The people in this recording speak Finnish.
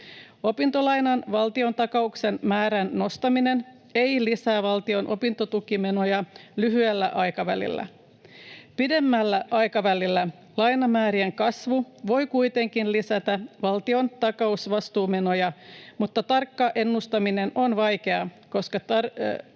Opintolainan valtiontakauksen määrän nostaminen ei lisää valtion opintotukimenoja lyhyellä aikavälillä. Pidemmällä aikavälillä lainamäärien kasvu voi kuitenkin lisätä valtion takausvastuumenoja, mutta tarkka ennustaminen on vaikeaa, koska